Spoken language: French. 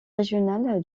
régional